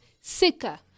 sicker